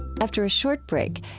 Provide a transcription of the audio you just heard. after a short break,